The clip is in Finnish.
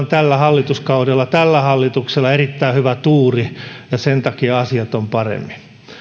tällä hallituskaudella ollut hallituksella erittäin hyvä tuuri ja sen takia asiat ovat paremmin